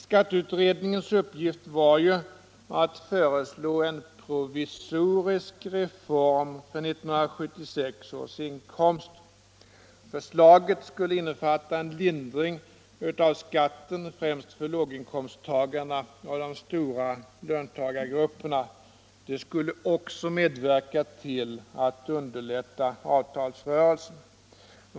Skatteutredningens uppgift var ju att föreslå en provisorisk reform för 1976 års inkomster. Förslaget skulle innefatta en lindring av skatten främst för låginkomsttagarna och de stora löntagargrupperna. Det skulle också medverka till att underlätta avtalsrörelsen.